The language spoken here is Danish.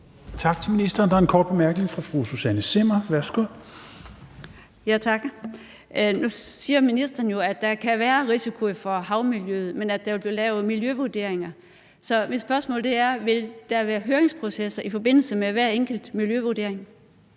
Tak til ministeren. Der er en kort bemærkning fra fru Susanne Zimmer. Værsgo. Kl. 16:58 Susanne Zimmer (FG): Tak. Nu siger ministeren jo, at der kan være en risiko for havmiljøet, men at der vil blive lavet miljøvurderinger. Så mit spørgsmål er: Vil der være høringsprocesser i forbindelse med hver enkelt miljøvurdering?